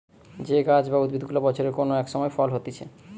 যে গাছ বা উদ্ভিদ গুলা বছরের কোন এক সময় ফল হতিছে